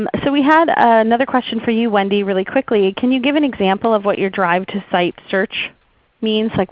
um so we had another question for you wendy really quickly. can you give an example of what your drive to site search means? like